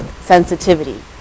sensitivity